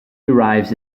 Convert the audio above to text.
derives